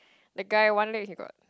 the guy one leg he got